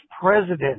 president